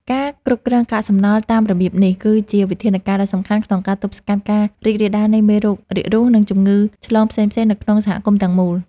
ការគ្រប់គ្រងកាកសំណល់តាមរបៀបនេះ គឺជាវិធានការដ៏សំខាន់ក្នុងការទប់ស្កាត់ការរីករាលដាលនៃមេរោគរាករូស និងជំងឺឆ្លងផ្សេងៗនៅក្នុងសហគមន៍ទាំងមូល។